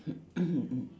mm